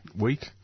week